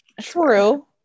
True